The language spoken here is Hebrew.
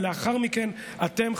ולאחר מכן אתם,